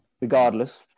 regardless